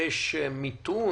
יש מיתון